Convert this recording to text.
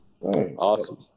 awesome